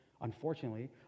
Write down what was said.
unfortunately